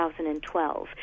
2012